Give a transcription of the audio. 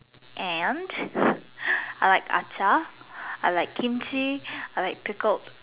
and I like achier I like Kimchi I like pickled